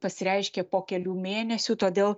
pasireiškia po kelių mėnesių todėl